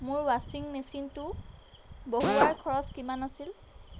মোৰ ৱাচিং মেচিনটো বহুওৱাৰ খৰচ কিমান আছিল